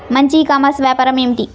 మంచి e commerce వ్యాపారం ఏమిటీ?